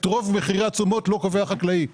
את רוב מחירי התשומות לא קובע החקלאי אלא,